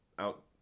out